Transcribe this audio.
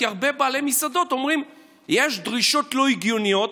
כי הרבה בעלי מסעדות אומרים: יש דרישות לא הגיוניות,